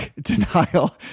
denial